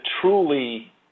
truly